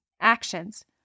Actions